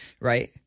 right